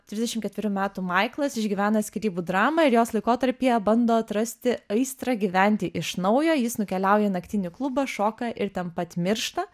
trisdešimt ketverių metų maiklas išgyvena skyrybų dramą ir jos laikotarpyje bando atrasti aistrą gyventi iš naujo jis nukeliauja į naktinį klubą šoka ir ten pat miršta